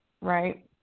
right